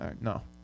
No